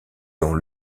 dans